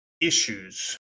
issues